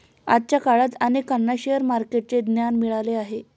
आजच्या काळात अनेकांना शेअर मार्केटचे ज्ञान मिळाले आहे